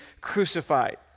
crucified